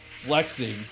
Flexing